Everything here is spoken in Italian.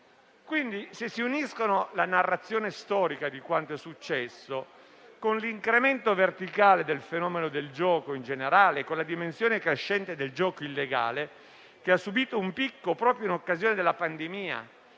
Quindi, se si uniscono la narrazione storica di quanto è successo, l'incremento verticale del fenomeno del gioco in generale e la dimensione crescente del gioco illegale, che ha subito un picco proprio in occasione della pandemia